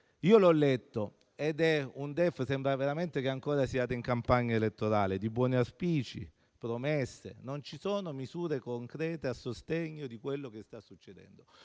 Io l'ho letto: è un DEF - sembra veramente che siate ancora in campagna elettorale - di buoni auspici e promesse; non ci sono misure concrete a sostegno di quello che sta succedendo.